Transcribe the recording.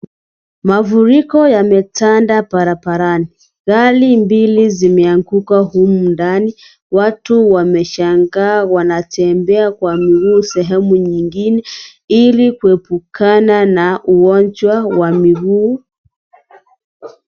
Mafuriko yametanda barabarani, gari mbili zimeanguka humu ndani, watu wameshangaa wanatembea kwa mguu sehemu nyingine ilikuepukana na ugonjwa wa miguu.